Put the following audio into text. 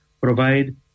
provide